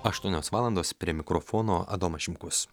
aštuonios valandos prie mikrofono adomas šimkus